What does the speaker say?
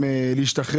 עם יואב הכט.